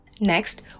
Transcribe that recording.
Next